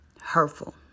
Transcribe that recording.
hurtful